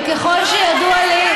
וככל שידוע לי,